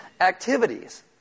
activities